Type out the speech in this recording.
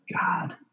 God